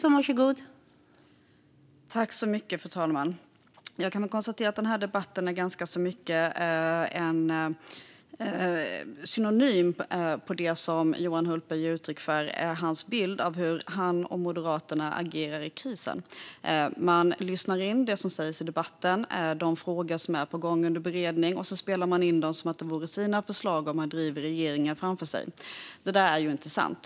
Fru talman! Jag kan konstatera att den här debatten är ganska mycket en synonym till det som Johan Hultberg ger uttryck för och hans bild av hur han och Moderaterna agerar i krisen. Man lyssnar in det som sägs i debatten och de frågor som är på gång under beredning, och så spelar man in dem som om de vore ens egna förslag och att man driver regeringen framför sig. Det där är inte sant.